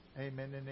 Amen